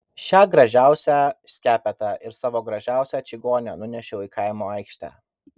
šią gražiausią skepetą ir savo gražiausią čigonę nunešiau į kaimo aikštę